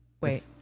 Wait